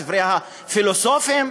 ספרי הפילוסופים,